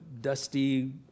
dusty